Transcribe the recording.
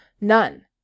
None